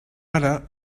ara